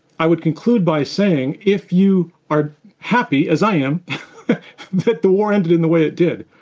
i would conclude by saying, if you are happy as i am that the war ended in the way it did,